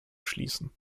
schließen